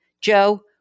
Joe